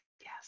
Yes